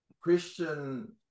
Christian